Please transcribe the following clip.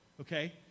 okay